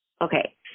Okay